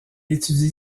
étudie